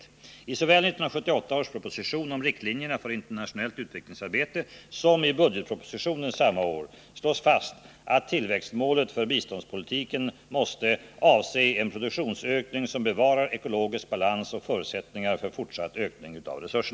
I såväl 1978 års proposition om riktlinjerna för internationellt utvecklingssamarbete som i budgetpropositionen samma år slås fast att tillväxtmålet för biståndspolitiken måste ”avse en produktionsökning, som bevarar ekologisk balans och förutsättningar för fortsatt ökning av resurser